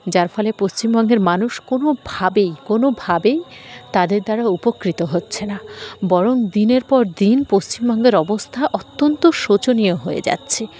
যার ফলে পশ্চিমবঙ্গের মানুষ কোনোভাবেই কোনোভাবেই তাদের দ্বারা উপকৃত হচ্ছে না বরং দিনের পর দিন পশ্চিমবঙ্গের অবস্থা অত্যন্ত শোচনীয় হয়ে যাচ্ছে